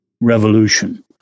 revolution